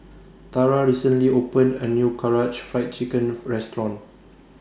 Tara recently opened A New Karaage Fried Chicken Restaurant